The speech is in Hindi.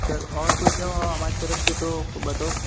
सर और कोई सेवा हो हमारी तरफ से तो बताओ